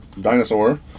dinosaur